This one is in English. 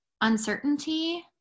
uncertainty